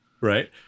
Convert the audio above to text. right